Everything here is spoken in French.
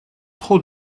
trop